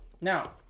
Now